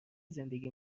زندگی